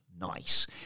Nice